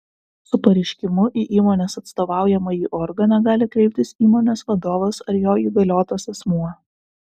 su pareiškimu į įmonės atstovaujamąjį organą gali kreiptis įmonės vadovas ar jo įgaliotas asmuo